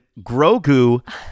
Grogu